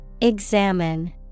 Examine